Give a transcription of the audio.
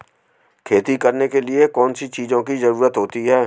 खेती करने के लिए कौनसी चीज़ों की ज़रूरत होती हैं?